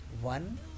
One